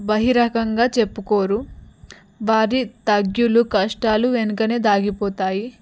బహిరంగంగా చెప్పుకోరు వారి త్యాగాలు కష్టాలు వెనుకనే దాగిపోతాయి